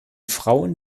frauen